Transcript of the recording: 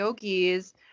yogis